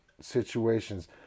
situations